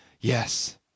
Yes